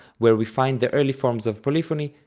where we find the early forms of polyphony,